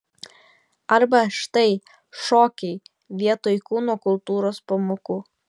arba štai šokiai vietoj kūno kultūros pamokų